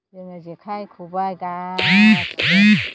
जोङो जेखाइ खबाइ गा सिबो